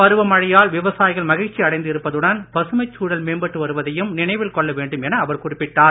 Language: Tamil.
பருவ மழையால் விவசாயிகள் மகிழ்ச்சி அடைந்து இருப்பதுடன் பசுமைச் சூழல் மேம்பட்டு வருவதையும் நினைவில் கொள்ள வேண்டும் என அவர் குறிப்பிட்டார்